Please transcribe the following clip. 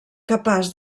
capaç